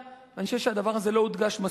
ואני חושב שהדבר הזה לא הודגש מספיק,